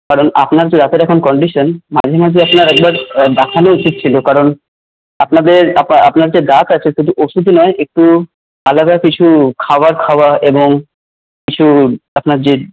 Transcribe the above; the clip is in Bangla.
কারন আপনার যে দাঁতের এখন কন্ডিশন মাঝে মাঝে আপনার একবার দেখানো উচিত ছিল কারণ আপনাদের আপনার যে দাঁত আছে শুধু ওষুধ নয় একটু আলাদা কিছু খাবার খাওয়া এবং কিছু আপনার যে